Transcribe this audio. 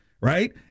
right